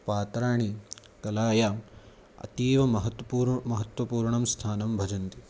पात्राणि कलायाम् अतीव महत्वपूर्णं महत्वपूर्णं स्थानं भजन्ति